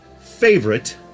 favorite